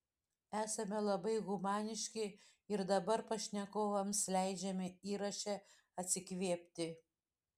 esame labai humaniški ir dabar pašnekovams leidžiame įraše atsikvėpti